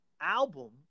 album